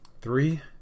Three